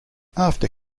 after